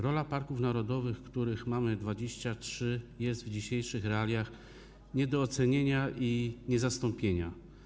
Rola parków narodowych, których mamy 23, jest w dzisiejszych realiach nie do przecenienia i są one niezastąpione.